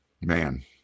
man